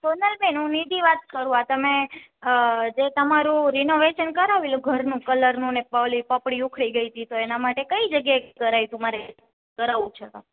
સોનલબેન હું નિધિ વાત કરું આ તમે જે તમારું રિનોવેશન કરાવેલું ઘરનું ને કલરનું ને ઓલી પોપડી ઉખડી ગઈ તી તો એના માટે કઈ જગ્યાએ કરાયુતુ મારે કરાવું છે તો